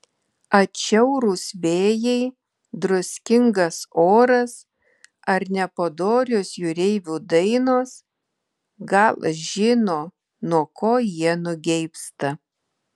atšiaurūs vėjai druskingas oras ar nepadorios jūreivių dainos galas žino nuo ko jie nugeibsta